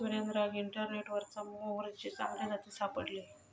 सुरेंद्राक इंटरनेटवरना मोहरीचे चांगले जाती सापडले